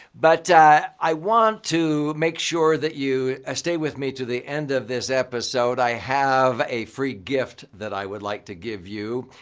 but i want to make sure that you ah stay with me to the end of this episode. i have a free gift that i would like to give you.